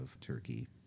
Turkey